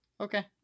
okay